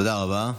תודה רבה.